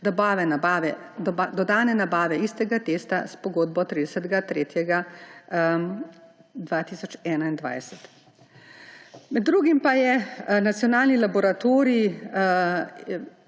dodatne nabave istega testa s pogodbo 30. 3. 2021. Med drugim pa je Nacionalni laboratorij